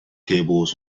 tables